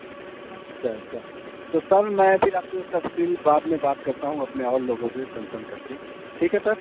اچھا اچھا تو سر میں پھر آپ سے تفصیل بعد میں بات کرتا ہوں اپنے اور لوگوں سے کنسن کر کے ٹھیک ہے سر